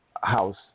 House